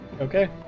Okay